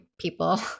people